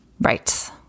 Right